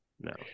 no